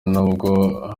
nubwo